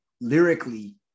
lyrically